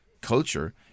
culture